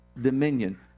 dominion